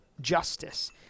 justice